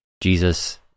Jesus